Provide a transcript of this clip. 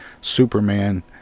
Superman